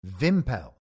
Vimpel